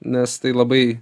nes tai labai